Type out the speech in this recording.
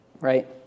right